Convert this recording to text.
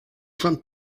front